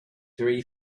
very